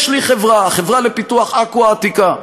יש לי חברה, החברה לפיתוח עכו העתיקה,